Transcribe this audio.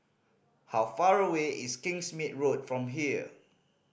how far away is Kingsmead Road from here